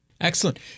Excellent